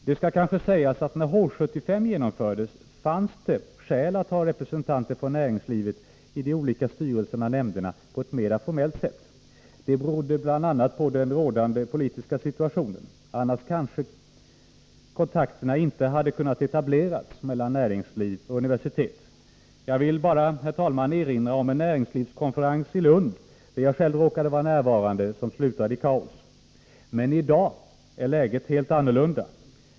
Det skall kanske sägas att när H 75 genomfördes fanns det skäl att ha med representanter från näringslivet i de olika styrelserna och nämnderna på ett mera formellt sätt. Det berodde bl.a. på den rådande politiska situationen. Annars kanske kontakterna mellan näringsliv och universitet inte hade kunnat etableras. Jag vill bara erinra om en näringslivskonferens i Lund där jag råkade vara närvarande, som slutade i kaos. Men i dag är läget helt annorlunda.